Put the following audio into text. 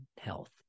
health